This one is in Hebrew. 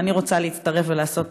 ואני רוצה להצטרף ולעשות